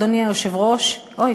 אדוני היושב-ראש אוי,